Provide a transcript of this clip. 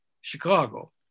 Chicago